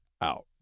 out